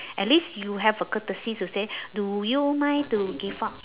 at least you have a courtesy to say do you mind to give up